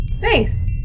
Thanks